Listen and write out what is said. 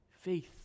faith